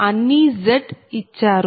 అన్నీ Z's ఇచ్చారు